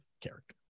character